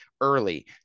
early